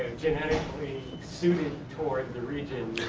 genetically suited toward the region.